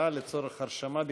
ההצבעה לצורך הרשמה בלבד.